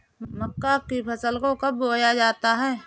मक्का की फसल को कब बोया जाता है?